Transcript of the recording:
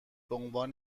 عنوان